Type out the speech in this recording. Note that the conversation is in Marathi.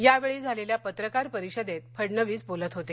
यावेळी झालेल्या पत्रकार परिषदेत फडणवीस बोलत होते